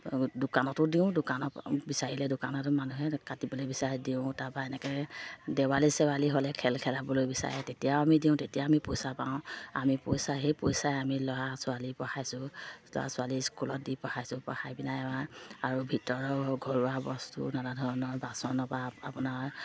দোকানতো দিওঁ দোকানত বিচাৰিলে দোকানতো মানুহে কাটিবলৈ বিচাৰে দিওঁ তাপা এনেকৈ দীৱালী চেৱালী হ'লে খেল খেলাবলৈ বিচাৰে তেতিয়াও আমি দিওঁ তেতিয়া আমি পইচা পাওঁ আমি পইচা সেই পইচাই আমি ল'ৰা ছোৱালী পঢ়াইছোঁ ল'ৰা ছোৱালী স্কুলত দি পঢ়াইছোঁ পঢ়াই পিনে আমাৰ আৰু ভিতৰ ঘৰুৱা বস্তু নানা ধৰণৰ বাচন পা আপোনাৰ